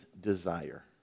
desire